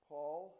Paul